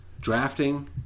Drafting